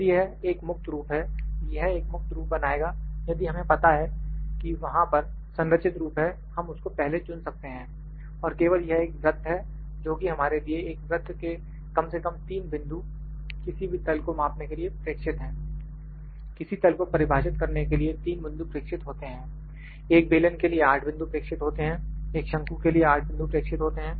यदि यह एक मुक्त रूप है यह एक मुक्त रूप बनाएगा यदि हमें पता है कि वहां पर संरचित रूप है हम उसको पहले चुन सकते हैं और केवल यह एक वृत्त है जो कि हमारे लिए एक वृत्त के कम से कम 3 बिंदु किसी भी तल को मापने के लिए प्रेक्षित हैं किसी तल को परिभाषित करने के लिए तीन बिंदु प्रेक्षित होते हैं एक बेलन के लिए 8 बिंदु प्रेक्षित होते हैं एक शंकु के लिए 8 बिंदु प्रेक्षित होते हैं